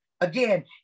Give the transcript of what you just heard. Again